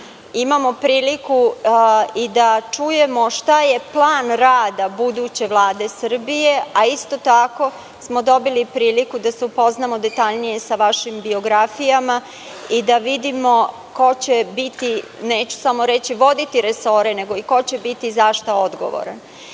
imamo priliku i da čujemo šta je plan rada buduće Vlade Srbije, a isto tako smo dobili priliku da se upoznamo detaljnije sa vašim biografijama i da vidimo ko će biti, neću samo reći voditi resore, nego i ko će za šta odgovoran. Na